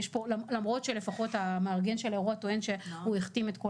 למרות שהמארגן של האירוע טוען שהוא החתים את כל